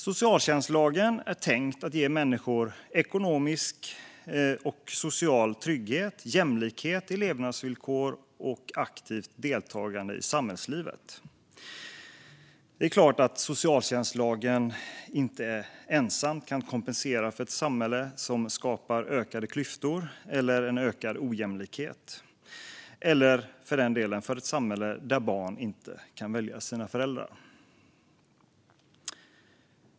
Socialtjänstlagen är tänkt att ge människor ekonomisk och social trygghet, jämlika levnadsvillkor och aktivt deltagande i samhällslivet. Det är klart att socialtjänstlagen inte ensam kan kompensera för ett samhälle som skapar ökade klyftor eller en ökad ojämlikhet, eller för den delen för ett samhälle där barn inte kan välja sina föräldrar.